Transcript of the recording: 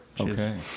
Okay